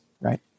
right